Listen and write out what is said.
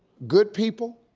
good people,